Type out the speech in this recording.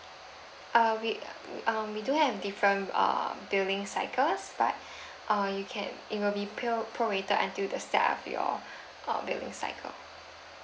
uh we um we do have different err billing cycles but err you can it will be billed pro rated until the start of your uh billing cycle